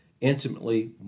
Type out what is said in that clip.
intimately